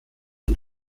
und